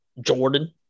Jordan